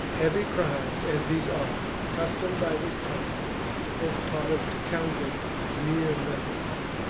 heavy crimes as these are, custom by this time has taught us to count them mere nothings.